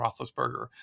Roethlisberger